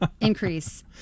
increase